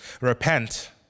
Repent